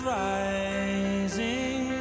rising